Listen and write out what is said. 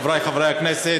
חברי חברי הכנסת,